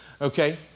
Okay